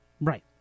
right